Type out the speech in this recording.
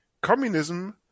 communism